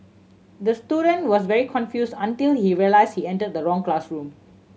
the student was very confused until he realised he entered the wrong classroom